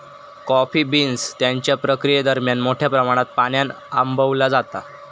coffee beans त्यांच्या प्रक्रियेदरम्यान मोठ्या प्रमाणात पाण्यान आंबवला जाता